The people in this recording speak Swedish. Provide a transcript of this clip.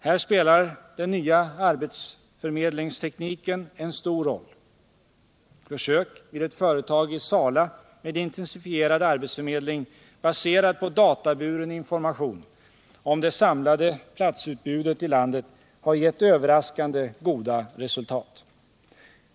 Här spelar den nya arbetsförmedlingstekniken en stor roll. Försök vid ett företag i Sala med intensifierad arbetsförmedling baserad på databuren information om det samlade platsutbudet i landet har gett överraskande goda resultat.